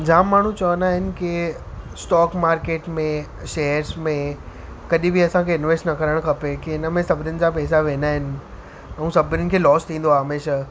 जाम माण्हू चवंदा आहिनि की स्टॉक मार्केट में शेयर्स में कॾहिं बि असांखे इन्वेस्ट न करणु खपे की इन में सभिनीनि जा पैसा वेंदा आहिनि ऐं सभिनीनि खे लॉस थींदो आहे हमेशह